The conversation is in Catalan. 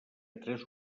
tres